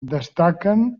destaquen